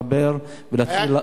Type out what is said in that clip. לחבר ולהתחיל,